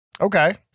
Okay